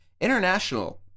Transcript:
International